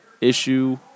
issue